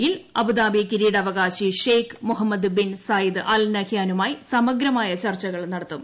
E യിൽ Abu Dhabi കിരീടാവകാശി Sheikh Mohammed bin Zayed Al നഹ്യാനുമായി സമഗ്രമായ ചർച്ചകൾ നടത്തും